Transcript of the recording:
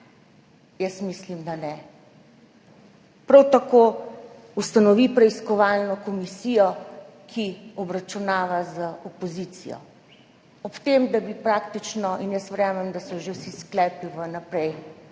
Jaz mislim, da ne. Prav tako ustanovi preiskovalno komisijo, ki obračunava z opozicijo in jaz verjamem, da so že vsi sklepi vnaprej